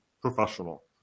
professional